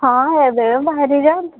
ହଁ ଏବେ ବାହାରି ଯାଆନ୍ତୁ